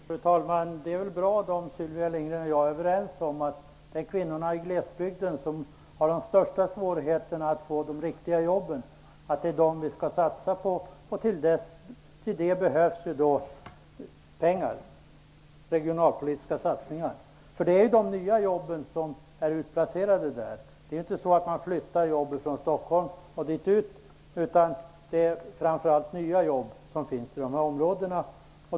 Fru talman! Det är väl bra om Sylvia Lindgren och jag är överens om att det är kvinnorna i glesbygden som har de största svårigheterna att få de riktiga jobben, att det är dem vi skall satsa på. Till det behövs pengar, regionalpolitiska satsningar. Det är de nya jobben som är utplacerade i glesbygden. Man flyttar inte jobb från Stockholm och dit ut, utan det är framför allt nya jobb som finns i de här områdena.